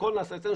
הכול נעשה אצלנו,